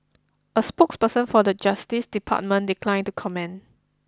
a spokesperson for the Justice Department declined to comment